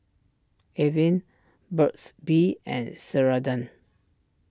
Avene Burt's Bee and Ceradan